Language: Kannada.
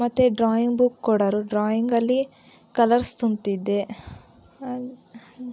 ಮತ್ತೆ ಡ್ರಾಯಿಂಗ್ ಬುಕ್ ಕೊಡೋರು ಡ್ರಾಯಿಂಗಲ್ಲಿ ಕಲರ್ಸ್ ತುಂಬ್ತಿದ್ದೆ